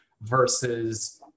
versus